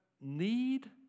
need